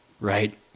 right